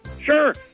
Sure